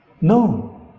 No